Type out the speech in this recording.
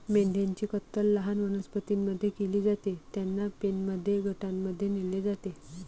मेंढ्यांची कत्तल लहान वनस्पतीं मध्ये केली जाते, त्यांना पेनमध्ये गटांमध्ये नेले जाते